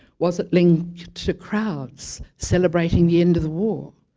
was it linked to crowds celebrating the end of the war?